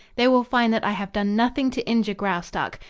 they will find that i have done nothing to injure graustark.